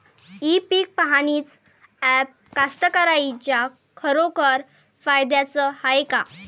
इ पीक पहानीचं ॲप कास्तकाराइच्या खरोखर फायद्याचं हाये का?